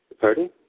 Pardon